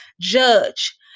judge